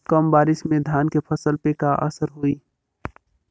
कम बारिश में धान के फसल पे का असर होई?